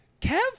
Kev